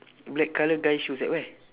black colour guy shoes at where